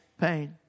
pain